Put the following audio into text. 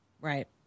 Right